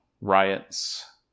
riots